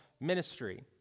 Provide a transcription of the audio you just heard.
ministry